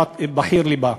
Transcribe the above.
או בחיר לבה.